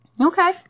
Okay